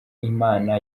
imana